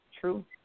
True